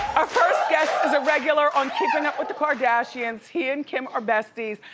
our first guest is a regular on keeping up with the kardashians. he and kim are besties.